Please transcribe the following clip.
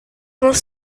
most